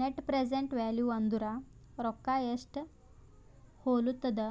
net present value ಅಂದುರ್ ರೊಕ್ಕಾ ಎಸ್ಟ್ ಹೊಲತ್ತುದ